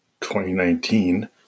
2019